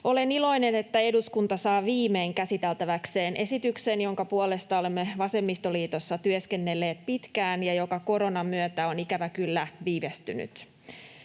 Olen iloinen, että eduskunta saa viimein käsiteltäväkseen esityksen, jonka puolesta olemme vasemmistoliitossa työskennelleet pitkään ja joka koronan myötä on ikävä kyllä viivästynyt.